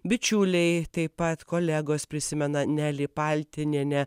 bičiuliai taip pat kolegos prisimena nelį paltinienę